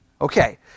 okay